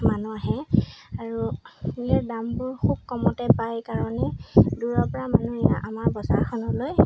মানুহ আহে আৰু ইয়াৰ দামবোৰ খুব কমতে পায় কাৰণে দূৰৰ পৰা মানুহ আমাৰ বজাৰখনলৈ